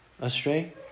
astray